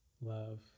Love